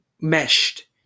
meshed